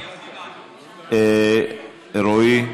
רועי,